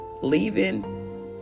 Leaving